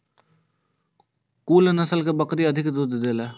कुन नस्ल के बकरी अधिक दूध देला?